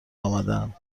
آمادهاند